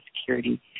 security